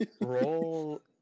Roll